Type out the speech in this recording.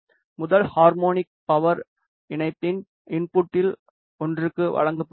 முதல் harmonic power இணைப்பியின் இன்புட்டில் ஒன்றுக்கு வழங்கப்படுகிறது